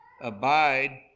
abide